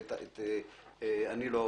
הוא אומר: אני רוצה ללכת לבית משפט, בסדר?